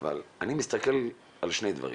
אני מסתכל על שני דברים.